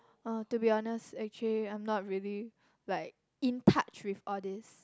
orh to be honest actually I'm not really like in touch with all these